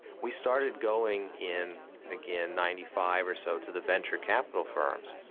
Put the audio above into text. we started going in again ninety five or so to the venture capital firms,